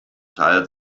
teil